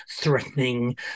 threatening